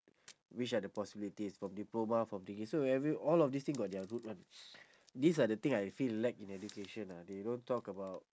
which are the possibilities from diploma from taking so every all of this thing got their route [one] these are the thing I feel lack in education ah they don't talk about